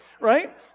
right